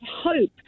hope